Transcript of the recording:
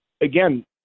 again